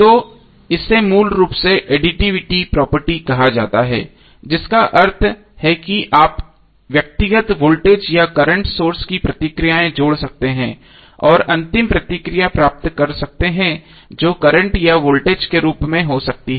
तो इसे मूल रूप से एडिटिविटी प्रॉपर्टी कहा जाता है जिसका अर्थ है कि आप व्यक्तिगत वोल्टेज या करंट सोर्स की प्रतिक्रियाएं जोड़ सकते हैं और अंतिम प्रतिक्रिया प्राप्त कर सकते हैं जो करंट या वोल्टेज के रूप में हो सकती है